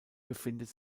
befindet